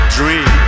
dream